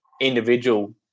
individual